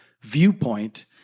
viewpoint